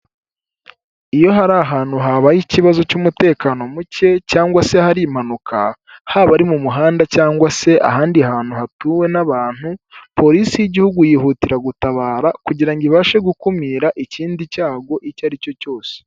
Iyo hari ahantu habaye ikibazo cy'umutekano muke cyangwa se hari impanuka haba ari mu muhanda cyangwa se ahandi hantu hatuwe n'abantu polisi y'igihugu yihutira gutabara kugira ngo ibashe gukumira ikindi cyago icyo aricyo cyose.